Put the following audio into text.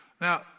Now